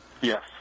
Yes